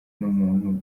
n’umuntu